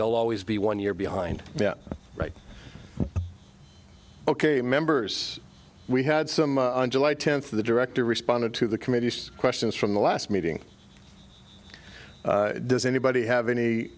they'll always be one year behind that right ok members we had some on july tenth of the director responded to the committee's questions from the last meeting does anybody have any